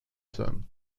sein